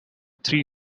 three